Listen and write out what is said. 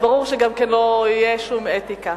אז ברור שגם לא תהיה שום אתיקה.